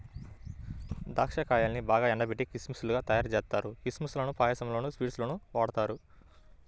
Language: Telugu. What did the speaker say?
దాచ్చా కాయల్నే బాగా ఎండబెట్టి కిస్మిస్ లుగా తయ్యారుజేత్తారు, కిస్మిస్ లను పాయసంలోనూ, స్వీట్స్ లోనూ వాడతారు